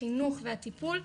החינוך והטיפול.